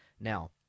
Now